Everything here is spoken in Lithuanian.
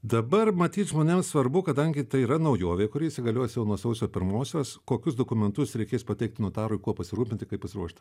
dabar matyt žmonėms svarbu kadangi tai yra naujovė kuri įsigalios jau nuo sausio pirmosios kokius dokumentus reikės pateikti notarui kuo pasirūpinti kaip pasiruošti